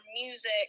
music